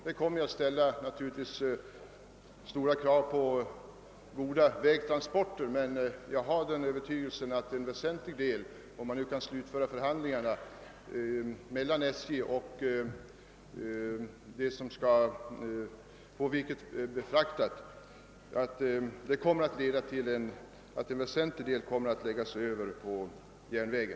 Detta kommer naturligtvis att ställa stora krav på goda vägtransporter. Jag har dock den övertygelsen att, för såvitt förhandlingarna mellan SJ och dem som skall få virket befraktat kan slutföras, en väsentlig del av virkestransporterna kommer att kunna läggas över på järnvägen.